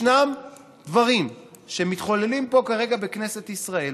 ישנם דברים שמתחוללים כרגע בכנסת ישראל